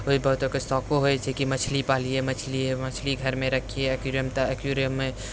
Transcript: बहुत लोकके शौको होइ छै कि मछली पालिए मछली घरमे रखिए एक्वैरियममे तऽ एक्वैरियममे